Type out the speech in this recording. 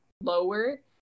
lower